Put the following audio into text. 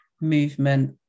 movement